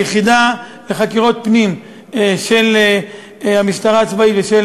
היחידה לחקירות פנים של המשטרה הצבאית ושל